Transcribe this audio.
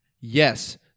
yes